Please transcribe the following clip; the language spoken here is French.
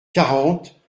quarante